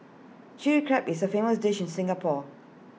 Chilli Crab is A famous dish in Singapore